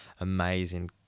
amazing